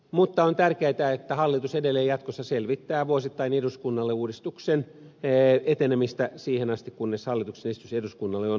mutta on tärkeätä että hallitus edelleen jatkossa selvittää vuosittain eduskunnalle uudistuksen etenemistä siihen asti kunnes hallituksen esitys eduskunnalle on annettu